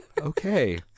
Okay